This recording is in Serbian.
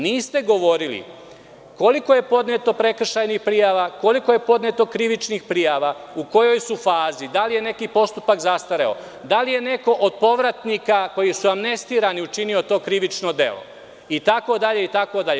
Niste govorili koliko je podneto prekršajnih prijava, koliko je podneto krivičnih prijava, u kojoj su fazi, da li je neki postupak zastareo, da li je neko od povratnika koji su amnestirani učinio to krivično delo, itd, itd.